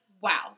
wow